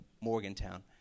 Morgantown